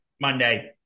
Monday